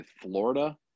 Florida